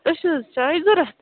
تۄہہِ چھُ حظ چایہِ ضوٚرَتھ